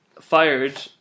fired